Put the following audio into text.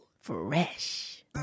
Fresh